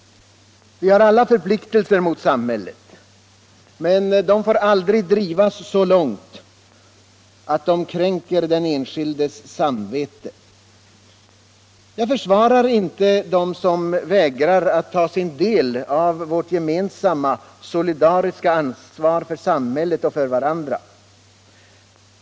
Vi har alla förpliktelser mot samhället, men de får aldrig drivas så långt att de kränker den enskildes samvete. Jag försvarar inte dem som vägrar att ta sin del av vårt gemensamma ansvar för samhället och för varandra.